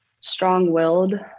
strong-willed